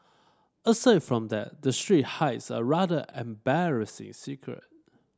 aside from that the street hides a rather embarrassing secret